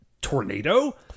tornado